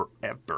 forever